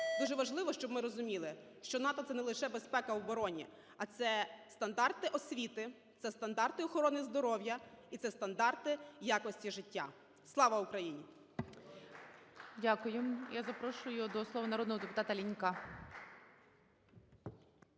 Дуже важливо, щоб ми розуміли, що НАТО – це не лише безпека в обороні, а це – стандарти освіти, це стандарти охорони здоров'я і це стандарти якості життя. Слава Україні! (Оплески) ГОЛОВУЮЧИЙ. Дякую. Я запрошую до слова народного депутатаЛінька.